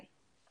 כן.